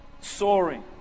soaring